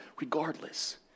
regardless